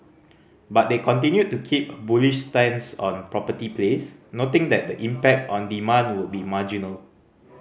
but they continued to keep a bullish stance on property plays noting that the impact on demand would be marginal